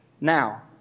Now